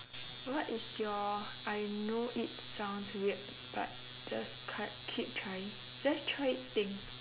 what is your I know it sounds weird but just cu~ keep trying just try it thing